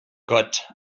gott